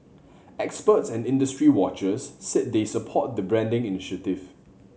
experts and industry watchers said they support the branding initiative